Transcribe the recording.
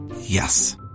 Yes